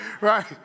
Right